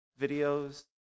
videos